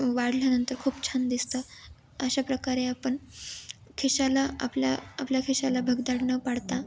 वाढल्यानंतर खूप छान दिसतं अशा प्रकारे आपण खिशाला आपल्या आपल्या खिशाला भगदाड न पाडता